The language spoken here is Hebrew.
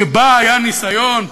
שבו היה ניסיון,